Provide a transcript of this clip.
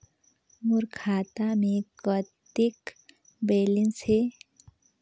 मोर खाता मे कतेक बैलेंस हे?